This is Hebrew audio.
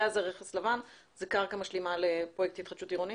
הזה רכס לבן הוא קרקע משלימה לפרויקט התחדשות עירונית.